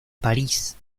parís